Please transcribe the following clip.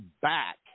back